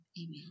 amen